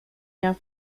jaw